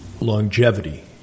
longevity